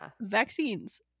Vaccines